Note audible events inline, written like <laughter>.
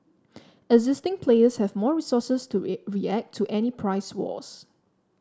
existing players have more resources to <unintelligible> react to any price wars